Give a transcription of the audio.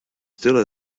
still